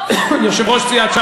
ש"ס,